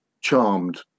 charmed